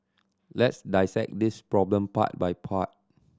let's dissect this problem part by part